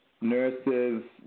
nurses